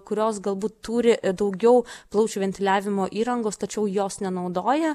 kurios galbūt turi daugiau plaučių ventiliavimo įrangos tačiau jos nenaudoja